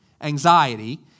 anxiety